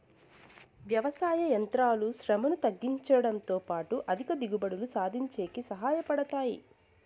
వ్యవసాయ యంత్రాలు శ్రమను తగ్గించుడంతో పాటు అధిక దిగుబడులు సాధించేకి సహాయ పడతాయి